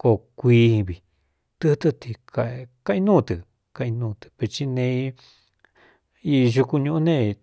koo kuivi tɨtɨ́ ti kaꞌi núu tɨ kainúu tɨ veti ne ixuku ñuꞌu ne.